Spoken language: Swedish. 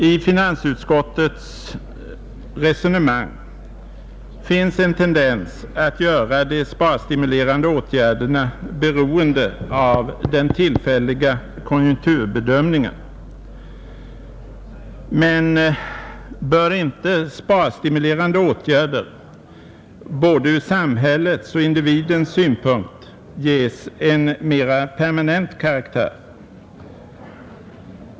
I finansutskottets resonemang finns en tendens att göra de sparstimulerande åtgärderna beroende av den tillfälliga konjunkturbedömningen. Men bör inte sparstimulerande åtgärder — ur både samhällets och individens synpunkt — ges en mera permanent karaktär?